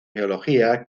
geología